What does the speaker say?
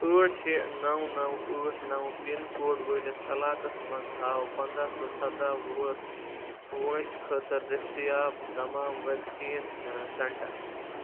ٲٹھ شےٚ نَو نَو ٲٹھ نَو پِن کوڈ وٲلِس علاقس منٛز ہاو پنٛداہ ٹُو سَداہ وُہُر وٲنٛسہِ خٲطٕر دٔستیاب تمام ویکسیٖن سینٛٹَر